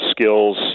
skills